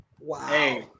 Wow